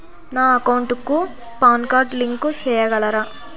నా అకౌంట్ కు PAN card link సేయగలరా?